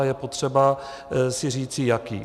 A je potřeba si říci, jaký.